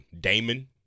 Damon